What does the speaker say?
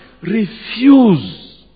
refuse